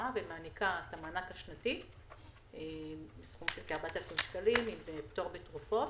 ומעניקה את המענק השנתי בסכום של כ-4,000 שקלים ופטור בתרופות,